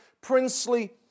princely